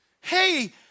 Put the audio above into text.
hey